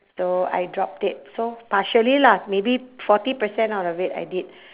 so I dropped it so partially lah maybe forty percent out of it I did